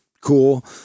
cool